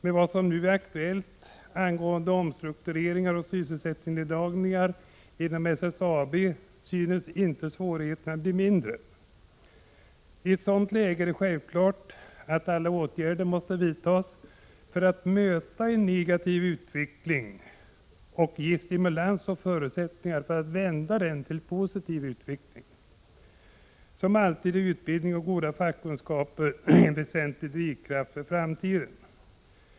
Med de nu aktuella omstruktureringarna och sysselsättningsneddragningarna inom SSAB synes svårigheterna inte bli mindre. I ett sådant läge är det självklart att alla åtgärder måste vidtas för att möta denna negativa utveckling och ge stimulans och förutsättningar för en positiv utveckling. Som alltid innebär satsning på utbildning och goda fackkunskaper en väsentlig drivkraft för framtiden.